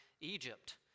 Egypt